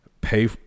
pay